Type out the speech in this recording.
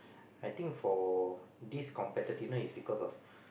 I think for this competitiveness is because of